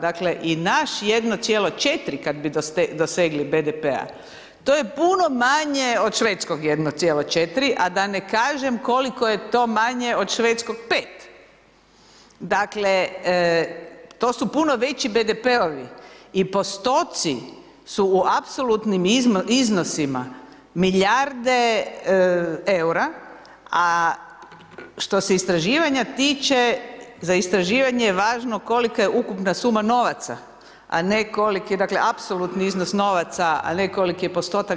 Dakle i naš 1,4 kad bi dosegli BDP-a to je puno manje od švedskog 1,4 a da ne kažem koliko je to manje od švedskog 5. Dakle, to su puno veći BDP-ovi i postotci su u apsolutnim iznosima, milijarde eura, a što se istraživanja tiče, za istraživanje je važno kolika je ukupna suma novaca, a ne koliko je, dakle apsolutni iznos novaca, a ne koliki je postotak.